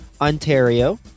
Ontario